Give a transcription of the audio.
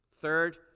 Third